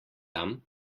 tam